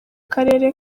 karere